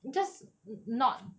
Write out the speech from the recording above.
just not